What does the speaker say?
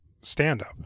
stand-up